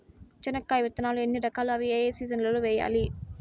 చెనక్కాయ విత్తనాలు ఎన్ని రకాలు? అవి ఏ ఏ సీజన్లలో వేయాలి?